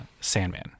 Sandman